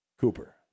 Cooper